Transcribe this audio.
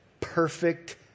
perfect